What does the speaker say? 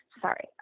Sorry